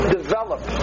develop